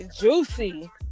Juicy